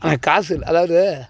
ஆனால் காசு இல்லை அதாவது